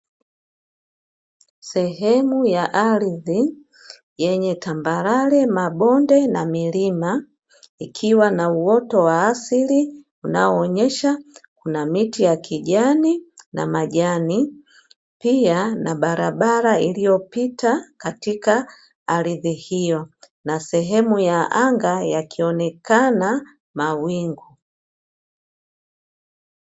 Sehemu ya ardhi yenye tambarare, mabonde na milima ikiwa na uoto wa asili unaoonyesha kuna miti ya kijani na majani; pia na barabara iliyopita katika ardhi hiyo na sehemu ya anga yakionekana mawingu.